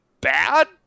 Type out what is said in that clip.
bad